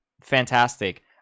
Fantastic